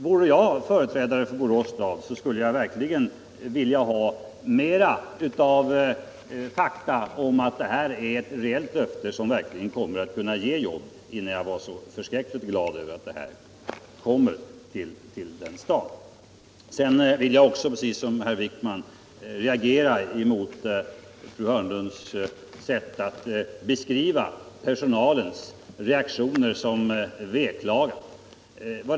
Vore jag företrädare för Borås stad, skulle jag, innan jag vore så förskräckligt glad över att få provningsanstalten till Borås, vilja ha mer av fakta om att detta är ett reellt löfte, som verkligen kommer att kunna ge jobb. Precis som herr Wijkman vill jag reagera mot fru Hörnlunds sätt att beskriva personalens reaktioner såsom veklagan.